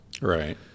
Right